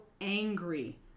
angry